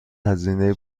هزینه